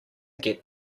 get